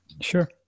Sure